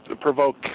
provoke